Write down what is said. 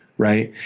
right?